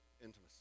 Intimacy